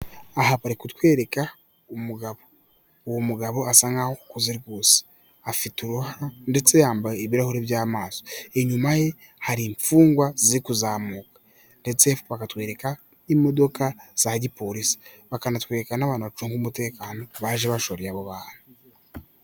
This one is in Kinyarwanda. Aha bari kutwereka umugabo. Uwo mugabo asa nkaho ukuze rwose. Afite uruhara ndetse yambaye ibirahuri by'amaso. Inyuma ye hari imfungwa ziri kuzamuka. Ndetse hepfo bakatwereka imodoka za gipolisi. Bakanatwereka n'abantu bacunga umutekano baje bashoreye abo bantu.